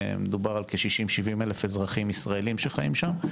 מדובר על בין 60,000-70,000 אזרחים ישראלים שחיים שם,